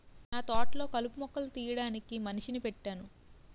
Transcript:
నాతోటలొ కలుపు మొక్కలు తీయడానికి మనిషిని పెట్టేను